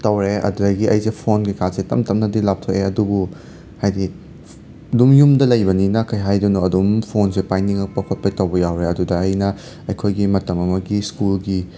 ꯇꯧꯔꯦ ꯑꯗꯨꯗꯒꯤ ꯑꯩꯁꯦ ꯐꯣꯟ ꯀꯩꯀꯥꯁꯦ ꯇꯞ ꯇꯞꯅꯗꯤ ꯂꯥꯞꯊꯣꯛꯑꯦ ꯑꯗꯨꯕꯨ ꯍꯥꯏꯗꯤ ꯑꯗꯨꯝ ꯌꯨꯝꯗ ꯂꯩꯕꯅꯤꯅ ꯀꯩ ꯍꯥꯏꯗꯣꯏꯅꯣ ꯑꯗꯨꯝ ꯐꯣꯟꯁꯦ ꯄꯥꯏꯅꯤꯡꯉꯛꯄ ꯈꯣꯠꯄ ꯇꯧꯕ ꯌꯥꯎꯋꯦ ꯑꯗꯨꯗ ꯑꯩꯅ ꯑꯩꯈꯣꯏꯒꯤ ꯃꯇꯝ ꯑꯃꯒꯤ ꯁ꯭ꯀꯨꯜꯒꯤ